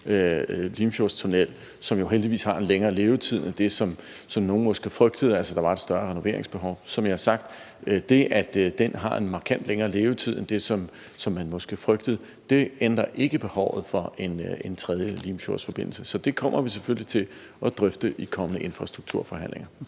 Limfjordstunnel, som jo heldigvis har en længere levetid end det, som nogle måske frygtede, fordi man mente, at der var et større renoveringsbehov, så ændrer det, at den har en markant længere levetid end det, som man måske frygtede, ikke behovet for en tredje Limfjordsforbindelse. Så det kommer vi selvfølgelig til at drøfte i de kommende infrastrukturforhandlinger.